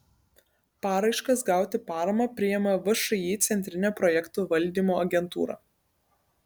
paraiškas gauti paramą priima všį centrinė projektų valdymo agentūra